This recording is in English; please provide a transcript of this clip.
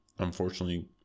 unfortunately